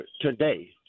today